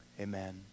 amen